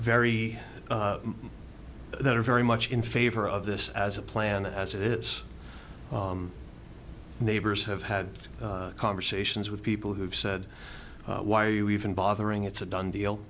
very that are very much in favor of this as a planet as it is neighbors have had conversations with people who've said why are you even bothering it's a done deal